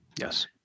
Yes